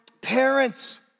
parents